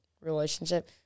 relationship